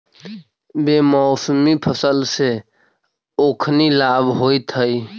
बेमौसमी फसल से ओखनी लाभ होइत हइ